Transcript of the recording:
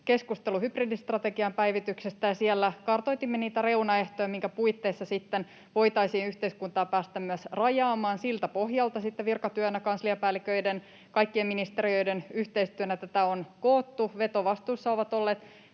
keskustelun hybridistrategian päivityksestä ja siellä kartoitimme niitä reunaehtoja, minkä puitteissa sitten voitaisiin yhteiskuntaa päästä myös avaamaan. Siltä pohjalta sitten virkatyönä kansliapäälliköiden, kaikkien ministeriöiden, yhteistyönä tätä on koottu. Vetovastuussa ovat olleet